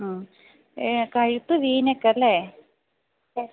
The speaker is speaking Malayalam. ആ കഴുത്ത് വി നെക്ക് അല്ലേ